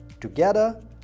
Together